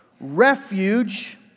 refuge